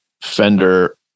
Fender